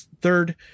third